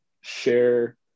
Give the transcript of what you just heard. share